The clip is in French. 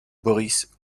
boris